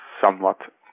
somewhat